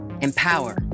empower